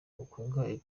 bikungahaye